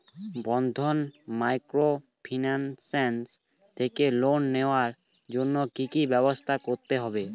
বন্ধন microfinance থেকে loan নেওয়ার জন্য কি কি ব্যবস্থা করতে হবে?